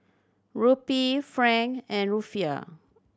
Rupee franc and Rufiyaa